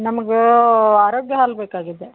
ನಮ್ಗೆ ಆರೋಗ್ಯ ಹಾಲು ಬೇಕಾಗಿದೆ